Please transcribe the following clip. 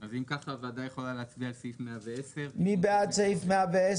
אז אם ככה הוועדה יכולה להצביע על סעיף 110. מי בעד סעיף 110?